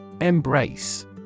Embrace